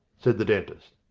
said the dentist.